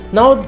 Now